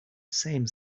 same